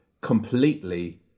completely